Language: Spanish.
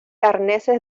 arneses